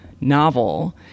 novel